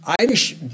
Irish